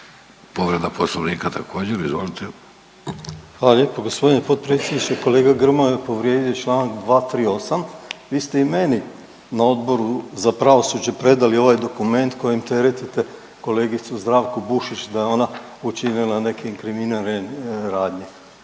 **Bošnjaković, Dražen (HDZ)** Hvala lijepo gospodine potpredsjedniče. Kolega Grmoja povrijedio je članak 238. Vi ste i meni na Odboru za pravosuđe predali ovaj dokument kojim teretite kolegicu Zdravku Bušić da je ona učinila neke inkriminirane radnje.